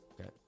okay